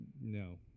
No